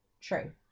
True